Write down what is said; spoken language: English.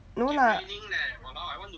no lah